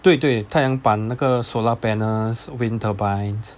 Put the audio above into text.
对对太阳板那个 solar panels wind turbines